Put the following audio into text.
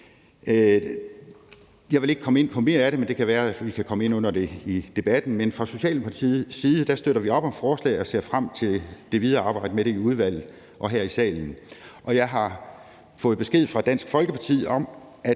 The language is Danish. Jeg vil ikke komme ind på mere af det, men det kan være, vi kan komme ind på det i debatten. Men fra Socialdemokratiets side støtter vi op om forslaget og ser frem til det videre arbejde med det i udvalget og her i salen. Jeg har fået besked fra Dansk Folkeparti om, at